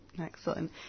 Excellent